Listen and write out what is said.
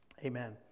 Amen